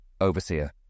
Overseer